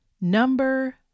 Number